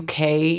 UK